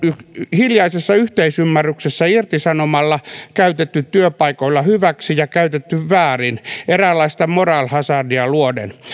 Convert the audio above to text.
hiljaisessa yhteisymmärryksessä irtisanomalla käytetty työpaikoilla hyväksi ja käytetty väärin eräänlaista moral hazardia luoden